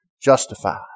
justified